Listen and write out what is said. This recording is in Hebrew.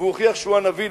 והוא הוכיח שהוא הנביא,